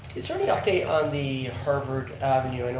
is there any update on the harvard avenue?